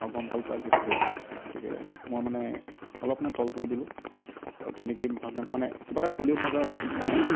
আৰু গম পালোঁ তাই যিহেতু সৰু হয় গতিকে মই মানে অলপ মানে তল পৰি দিলোঁ আৰু তেনেকৈয়ে ভালকৈ মানে কিবা এটা ক'লেও মই জাষ্ট মানে